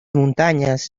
montañas